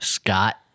Scott